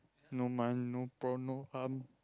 no month no prawn no hum